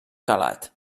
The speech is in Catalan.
calat